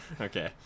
Okay